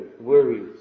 worries